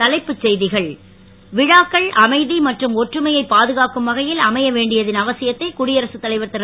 மீண்டும் தலைப்புச் செய்திகள் விழாக்கள் அமைதி மற்றும் ஒற்றுமையை பாதுகாக்கும் வகையில் அமைய வேண்டியதன் அவசியத்தை குடியரசுத் தலைவர் திரு